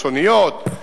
יש אוניות,